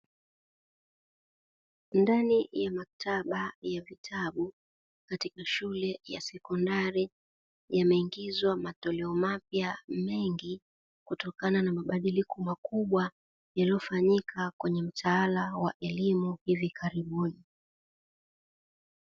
Ndani ya maktaba ya vitabu ,katika shule ya sekondari yameingizwa matoleo mapya mengi kutokana na mabadiliko mengi yaliyofanyika kwenye mtaala wa elimu hivi karibuni.